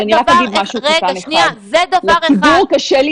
זה דבר אחד.